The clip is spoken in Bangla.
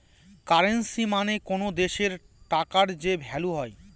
কারেন্সী মানে কোনো দেশের টাকার যে ভ্যালু হয়